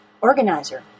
organizer